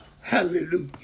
Hallelujah